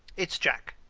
it's jack.